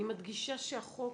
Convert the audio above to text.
אני מדגישה שהחוק,